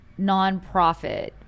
nonprofit